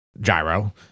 gyro